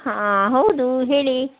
ಹಾಂ ಹೌದು ಹೇಳಿ